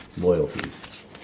loyalties